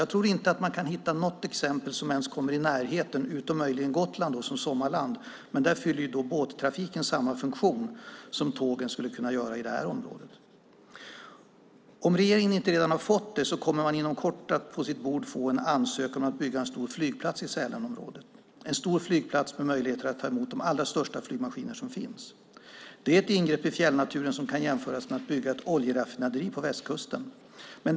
Jag tror inte att man kan hitta något exempel som ens kommer i närheten, utom möjligen Gotland på somrarna. Men där fyller ju båttrafiken samma funktion som tågen skulle kunna göra i det här området. Om regeringen inte redan har fått det kommer man inom kort att på sitt bord få en ansökan om att bygga en stor flygplats i Sälenområdet - en stor flygplats med möjlighet att ta emot de största flygmaskiner som finns. Det är ett ingrepp i fjällnaturen som kan jämföras med att bygga ett oljeraffinaderi på västkusten.